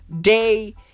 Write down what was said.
day